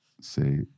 say